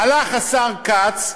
הלך השר כץ,